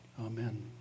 Amen